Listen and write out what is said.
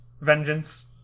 vengeance